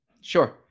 sure